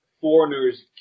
foreigners